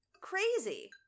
crazy